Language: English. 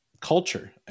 culture